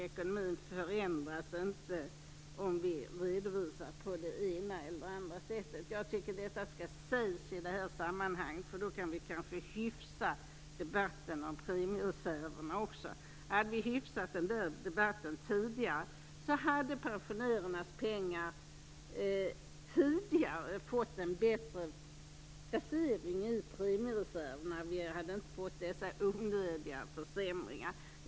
Ekonomin förändras inte om vi redovisar på det ena eller andra sättet. Jag tycker att detta skall sägas i det här sammanhanget. Då kan vi kanske hyfsa debatten om premiereserverna också. Om vi hade hyfsat den debatten tidigare hade pensionärernas pengar tidigare fått en bättre placering i premiereserverna. Vi hade inte fått dessa onödiga förseningar.